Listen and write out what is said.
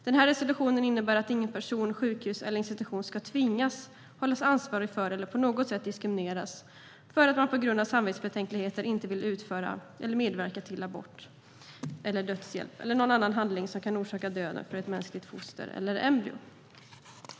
Denna resolution innebär att "ingen person, sjukhus eller institution" ska tvingas, hållas ansvarig för eller på något sätt diskrimineras för att man på grund av samvetsbetänkligheter inte vill utföra eller medverka till abort, dödshjälp eller någon annan handling som kan orsaka döden för ett mänskligt foster eller embryo.